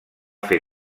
fer